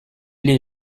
les